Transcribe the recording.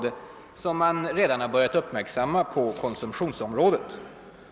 Det beteende man redan börjat uppmärksamma på konsumtionsområdet.